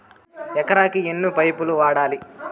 ఎకరాకి ఎన్ని పైపులు వాడాలి?